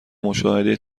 مشاهده